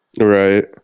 Right